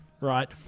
Right